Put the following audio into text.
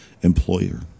employer